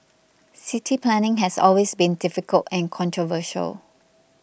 city planning has always been difficult and controversial